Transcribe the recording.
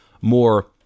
more